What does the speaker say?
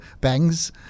bangs